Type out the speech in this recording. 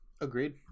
Agreed